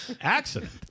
Accident